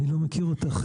אני לא מכיר אותך,